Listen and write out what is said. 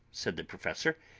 said the professor.